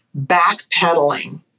backpedaling